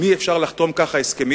עם מי אפשר לחתום כך הסכמים?